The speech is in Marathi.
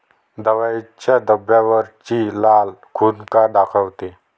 दवाईच्या डब्यावरची लाल खून का दाखवते?